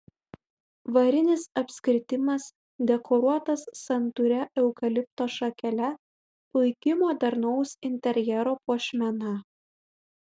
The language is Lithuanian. varinis apskritimas dekoruotas santūria eukalipto šakele puiki modernaus interjero puošmena